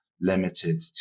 limited